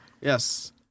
Yes